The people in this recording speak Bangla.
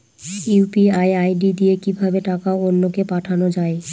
ইউ.পি.আই আই.ডি দিয়ে কিভাবে টাকা অন্য কে পাঠানো যায়?